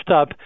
up